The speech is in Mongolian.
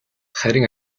харин